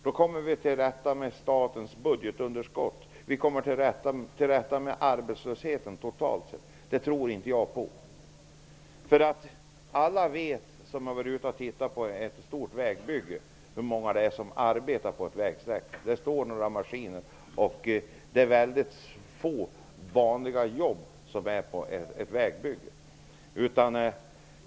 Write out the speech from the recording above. Då kommer vi till rätta med statens budgetunderskott och med arbetslösheten totalt sett! Jag tror inte på det resonemanget. Alla som har varit ute och tittat på ett stort vägbygge vet hur många som arbetar där. Det finns några maskiner och få vanliga arbetare där.